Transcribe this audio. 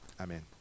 Amen